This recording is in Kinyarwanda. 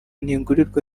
ntigurirwa